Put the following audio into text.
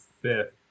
fifth